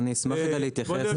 אני אשמח להתייחס.